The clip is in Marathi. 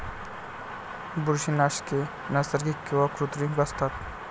बुरशीनाशके नैसर्गिक किंवा कृत्रिम असतात